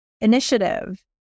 initiative